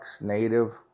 native